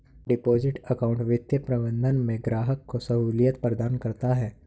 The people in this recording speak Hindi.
डिपॉजिट अकाउंट वित्तीय प्रबंधन में ग्राहक को सहूलियत प्रदान करता है